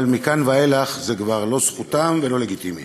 אבל מכאן ואילך זה כבר לא זכותם ולא לגיטימי.